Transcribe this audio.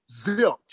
Zilch